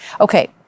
okay